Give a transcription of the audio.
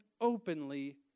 openly